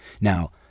now